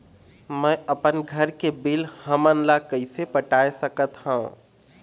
मैं अपन घर के बिल हमन ला कैसे पटाए सकत हो?